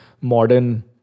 modern